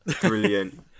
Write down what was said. Brilliant